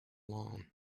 lawn